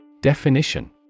Definition